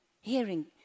Hearing